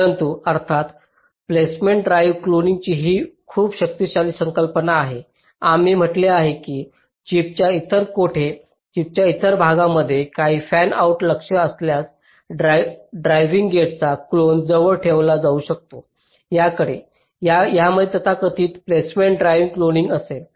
परंतु अर्थातच placement drive cloning ही खूप शक्तिशाली संकल्पना आहे जसे आम्ही म्हटले आहे की चिपच्या इतर कोठे चिपच्या इतर भागामध्ये काही फॅनआउट लक्ष्य असल्यास ड्रायव्हिंग गेटचा क्लोन जवळ ठेवला जाऊ शकतो त्याकडे यामध्ये तथाकथित प्लेसमेंट ड्राईव्ह क्लोनिंग असेल